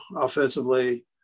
offensively